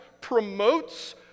promotes